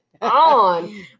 on